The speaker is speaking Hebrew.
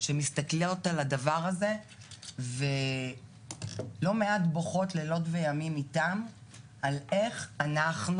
שמסתכלות על הדבר הזה ולא מעט בוכות לילות וימים איתם על איך אנחנו,